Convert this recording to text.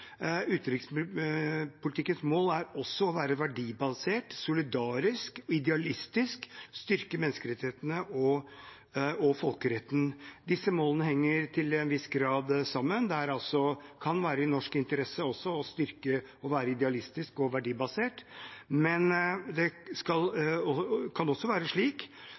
mål er også å være verdibasert, solidarisk, idealistisk og å styrke menneskerettighetene og folkeretten. Disse målene henger til en viss grad sammen. Det kan være i norsk interesse å være idealistisk og verdibasert, men det kan også være slik